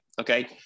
okay